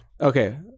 Okay